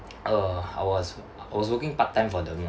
err I was I was working part time for them ah